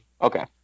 Okay